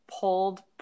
pulled